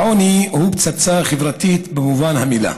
העוני הוא פצצה חברתית במלוא מובן המילה.